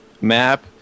map